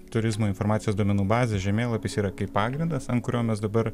turizmo informacijos duomenų bazės žemėlapis yra kaip pagrindas ant kurio mes dabar